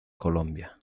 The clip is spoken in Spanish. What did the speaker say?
colombia